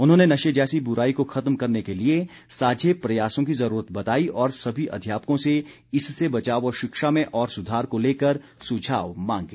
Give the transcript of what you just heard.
उन्होंने नशे जैसी बुराई को खत्म करने के लिए साझे प्रयासों की जरूरत बताई और सभी अध्यापकों से इससे बचाव व शिक्षा में और सुधार को लेकर सुझाव मांगे